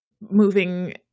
moving